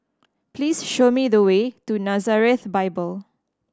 please show me the way to Nazareth Bible